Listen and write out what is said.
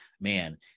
Man